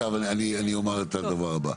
עכשיו אני אומר את הדבר הבא,